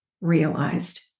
realized